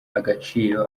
agaciro